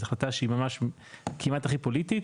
זו החלטה שהיא ממש כמעט הכי פוליטית,